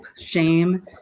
shame